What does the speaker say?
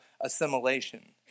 Assimilation